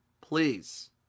please